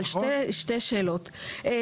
אבל יש לי שתי שאלות: א',